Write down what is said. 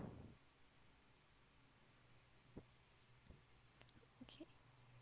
okay